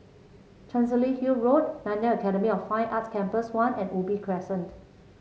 Chancery Hill Road Nanyang Academy of Fine Arts Campus One and Ubi Crescent